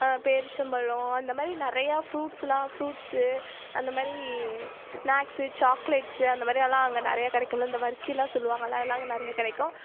பேரிச்சம்பழம் இந்த மாதிரி நிறையா ஃபுரூட்ஸ் எல்லாம் ஃபுரூட்ஸு அந்த மாதிரி ஸ்நாக்ஸு சாக்லேட்ஸு அந்த மாதிரி அதெல்லாம் அங்கே நிறையா கிடைக்கும்ல இந்த வர்கிலாம் சொல்லுவாங்கல்ல அதெல்லாம் அங்கே நிறையா கிடைக்கும்